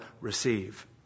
receive